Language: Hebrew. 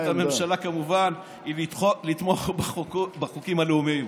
עמדת הממשלה, כמובן, היא לתמוך בחוקים הלאומיים.